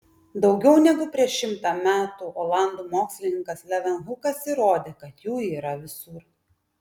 daugiau negu prieš šimtą metų olandų mokslininkas levenhukas įrodė kad jų yra visur